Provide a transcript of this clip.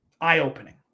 eye-opening